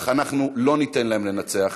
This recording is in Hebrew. אך אנו לא ניתן להם לנצח.